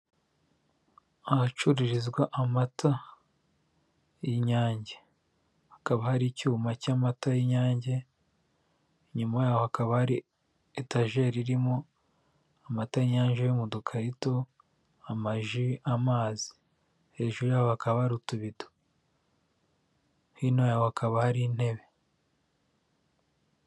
Ahacururirizwa amata y'inyange, hakaba hari icyuma cy'amata y'inyange, inyuma yaho hakaba ari etajeri irimo amata y'inyange yo mu dukarito, amaji, amazi, hejuru yaho hakaba hari utubido, hino yaho hakaba hari intebe.